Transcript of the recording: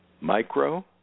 micro